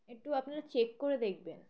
একটু আপনারা চেক করে দেখবেন